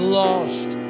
lost